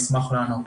נשמח לענות.